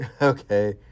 okay